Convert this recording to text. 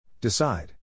Decide